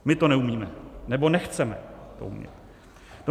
My to neumíme, nebo nechceme to umět.